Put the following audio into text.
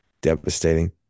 devastating